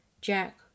Jack